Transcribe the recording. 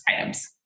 items